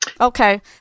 Okay